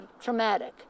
traumatic